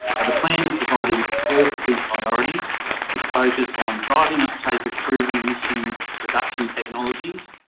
and the plan is divided into four key priorities which focus on driving uptake of proven emission reduction technologies,